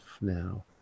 now